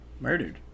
Murdered